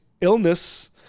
illness